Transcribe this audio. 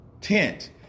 tent